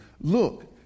Look